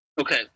Okay